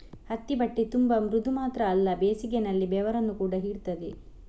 ಹತ್ತಿ ಬಟ್ಟೆ ತುಂಬಾ ಮೃದು ಮಾತ್ರ ಅಲ್ಲ ಬೇಸಿಗೆನಲ್ಲಿ ಬೆವರನ್ನ ಕೂಡಾ ಹೀರ್ತದೆ